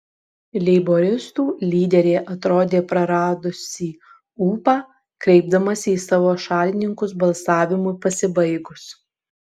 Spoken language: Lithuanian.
leiboristų lyderė atrodė praradusį ūpą kreipdamasi į savo šalininkus balsavimui pasibaigus